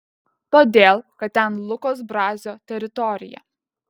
todėl kad ten lukos brazio teritorija